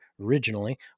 originally